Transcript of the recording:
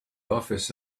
office